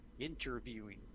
Interviewing